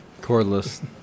cordless